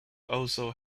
also